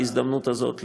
בהזדמנות הזאת,